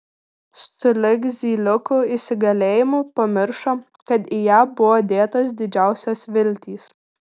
sulig zyliukų įsigalėjimu pamiršo kad į ją buvo dėtos didžiausios viltys